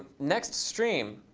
next stream,